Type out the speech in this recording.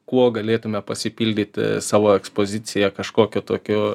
kuo galėtume pasipildyti savo ekspoziciją kažkokiu tokiu